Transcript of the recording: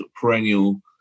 perennial